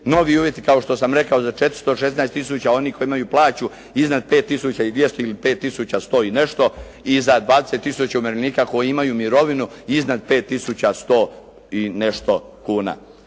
novi uvjeti kao što sam rekao za 416 tisuća onih koji imaju plaću iznad 5200 ili 5100 i nešto i za 20 tisuća umirovljenika koji imaju mirovinu iznad 5100 i nešto kuna.